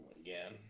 Again